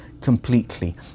completely